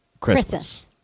Christmas